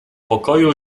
pokoju